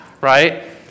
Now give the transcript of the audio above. Right